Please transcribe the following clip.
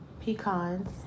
pecans